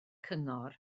cyngor